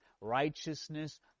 righteousness